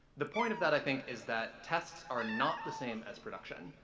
the point of that i think is that tests are not the same as production.